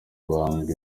guhanga